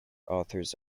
authors